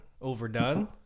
overdone